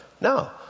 No